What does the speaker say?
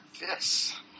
Yes